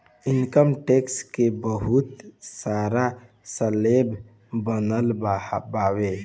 income tax के बहुत सारा स्लैब बनल बावे